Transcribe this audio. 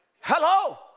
Hello